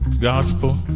gospel